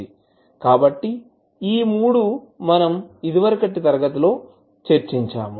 కాబట్టి ఈ మూడు మనం ఇదివరకటి తరగతిలో చర్చించాము